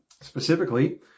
specifically